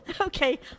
Okay